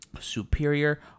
superior